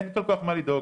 אין כל כך מה לדאוג,